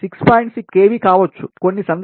6 kV కావచ్చు కొన్ని సందర్భాల్లో కూడా 3